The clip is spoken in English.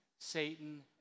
Satan